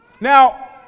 Now